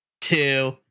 two